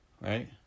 right